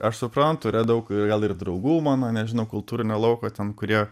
aš suprantu yra daug ir gal ir draugų mano nežinau kultūrinio lauko ten kurie